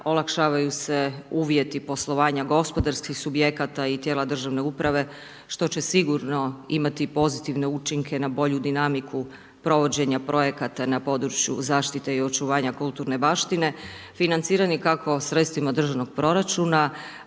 olakšavaju se uvjeti poslovanja gospodarskih subjekata i tijela državne uprave, što će sigurno imati pozitivne učinke na bolju dinamiku, provođenje projekata na području zaštite i očuvanja kulturne baštine, financirani kako sredstvima državnog proračuna,